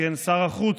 שר החוץ,